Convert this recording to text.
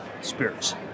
spirits